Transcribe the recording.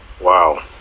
Wow